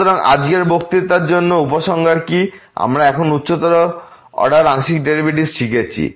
সুতরাং আজকের বক্তৃতার জন্য উপসংহার কি আমরা এখন উচ্চতর অর্ডার আংশিক ডেরিভেটিভ শিখেছি